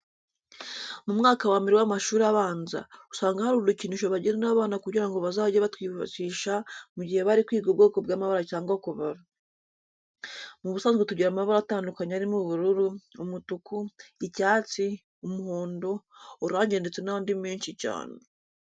Mu mwaka wa mbere w'amashuri abanza, usanga hari udukinisho bagenera abana kugira ngo bazajye batwifashisha mu gihe bari kwiga ubwoko bw'amabara cyangwa kubara. Mu busanzwe tugira amabara atandukanye arimo ubururu, umutuku, icyatsi, umuhondo, oranje ndetse n'andi mesnhi cyane.